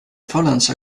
faulenzer